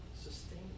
Sustain